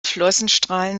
flossenstrahlen